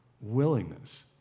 willingness